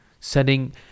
setting